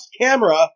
camera